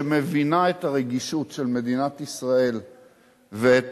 שמבינה את הרגישות של מדינת ישראל ואת